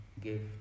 give